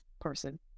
person